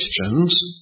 Christians